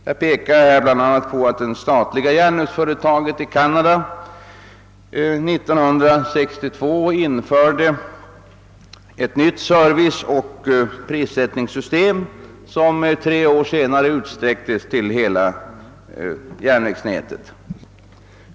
Jag vill bl.a. fästa uppmärksamheten på att det statliga järnvägsföretaget i Kanada 1962 införde ett nytt serviceoch prissättningssystem som tre år senare utsträcktes till hela järnvägsnätet.